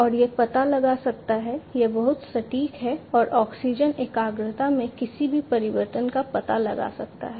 और यह पता लगा सकता है यह बहुत सटीक है और ऑक्सीजन एकाग्रता में किसी भी परिवर्तन का पता लगा सकता है